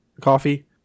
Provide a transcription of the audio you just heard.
coffee